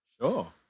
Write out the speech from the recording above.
Sure